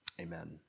Amen